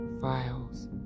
files